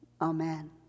Amen